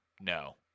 No